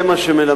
זה מה שמלמדים,